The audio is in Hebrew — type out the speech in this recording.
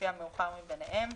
לפי המאוחר מביניהם.